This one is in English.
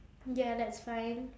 ya that's fine